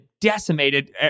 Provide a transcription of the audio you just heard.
decimated